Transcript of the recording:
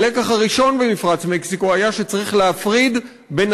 הלקח הראשון ממפרץ מקסיקו היה שצריך להפריד בין